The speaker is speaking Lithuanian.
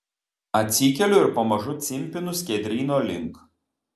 atsikeliu ir pamažu cimpinu skiedryno link